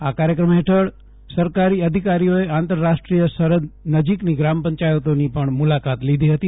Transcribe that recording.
આ કાર્યક્રમ હેઠળ સરકારી અધિકારીઓએ આંતરરાષ્ટ્રીય સરહદ નજીકના ગ્રામ પંચાયતોની પણ મુલાકાત લીધી હતી